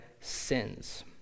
sins